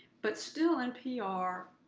but still, npr,